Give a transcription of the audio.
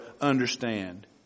understand